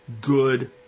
good